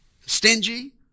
stingy